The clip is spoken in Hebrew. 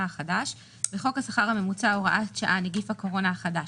החדש בחוק השכר הממוצע (הוראת שעה נגיף הקורונה החדש),